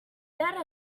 better